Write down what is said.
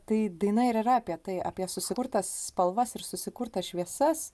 tai daina ir yra apie tai apie susikurtas spalvas ir susikurtas šviesas